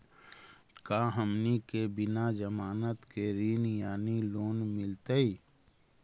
का हमनी के बिना जमानत के ऋण यानी लोन मिलतई?